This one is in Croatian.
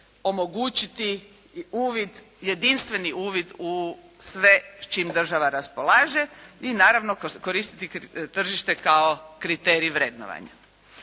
i uvid, jedinstveni uvid u sve s čim država raspolaže i naravno koristiti tržište kao kriterij vrednovanja.